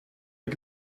het